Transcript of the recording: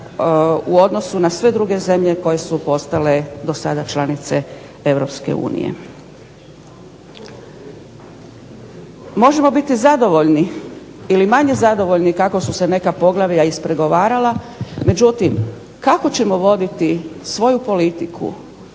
u odnosu na sve druge zemlje koje su postale dosada članice EU. Možemo biti zadovoljni ili manje zadovoljni kako su se neka poglavlja ispregovarala, međutim kako ćemo voditi svoju politiku